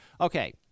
Okay